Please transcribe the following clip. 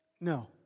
No